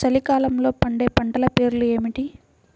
చలికాలంలో పండే పంటల పేర్లు ఏమిటీ?